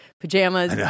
pajamas